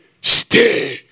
Stay